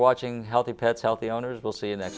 watching healthy pets healthy owners will see that